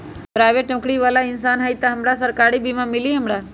Private नौकरी बाला इंसान हई त हमरा सरकारी बीमा मिली हमरा?